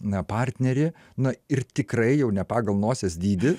na partnerį na ir tikrai jau ne pagal nosies dydį